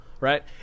right